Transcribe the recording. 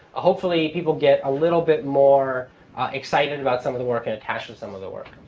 hopefully, people get a little bit more excited about some of the work and a cache of some of the work.